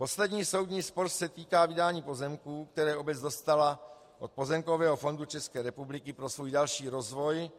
Poslední soudní spor se týká vydání pozemků, které obec dostala od Pozemkového fondu ČR pro svůj další rozvoj.